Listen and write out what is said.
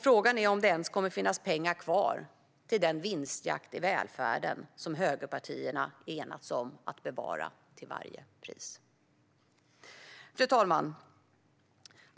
Frågan är om det ens kommer att finnas pengar kvar till den vinstjakt i välfärden som högerpartierna enats om att bevara till varje pris. Fru talman!